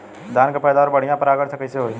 धान की पैदावार बढ़िया परागण से कईसे होई?